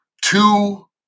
two